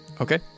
Okay